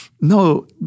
No